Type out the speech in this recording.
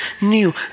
new